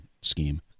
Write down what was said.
scheme